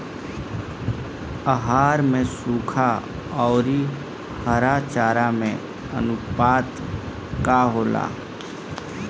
आहार में सुखा औरी हरा चारा के आनुपात का होला?